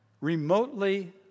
remotely